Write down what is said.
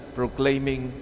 proclaiming